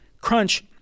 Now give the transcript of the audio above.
Crunch